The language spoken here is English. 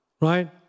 Right